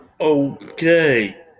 Okay